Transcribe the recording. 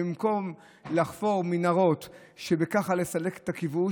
ובמקום לחפור מנהרות וככה לסלק את הכיבוש,